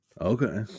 Okay